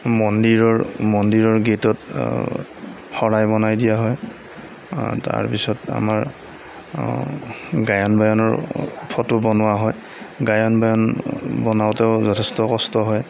মন্দিৰৰ মন্দিৰৰ গেটত শৰাই বনাই দিয়া হয় তাৰপিছত আমাৰ গায়ন বায়নৰ ফটো বনোৱা হয় গায়ন বায়ন বনাওঁতেও যথেষ্ট কষ্ট হয়